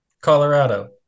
Colorado